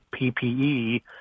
PPE